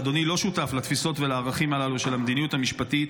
שאדוני לא שותף לתפיסות ולערכים הללו של המדיניות המשפטית: